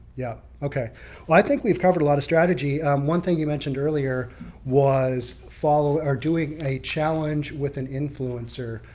yeah, okay. well i think we've covered a lot of strategy. one thing you mentioned earlier was follow or doing a challenge with an influencer.